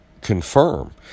confirm